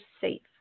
safe